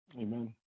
Amen